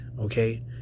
Okay